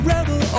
Rebel